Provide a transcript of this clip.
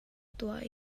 tuah